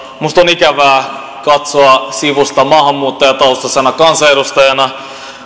minusta on ikävää katsoa sivusta maahanmuuttajataustaisena kansanedustajana